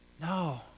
No